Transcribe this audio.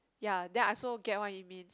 ya that I also get what he mean